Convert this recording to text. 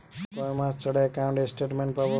কয় মাস ছাড়া একাউন্টে স্টেটমেন্ট পাব?